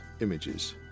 images